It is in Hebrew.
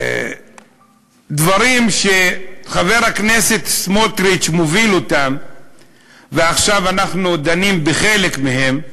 והדברים שחבר הכנסת סמוטריץ מוביל ועכשיו אנחנו דנים בחלק מהם,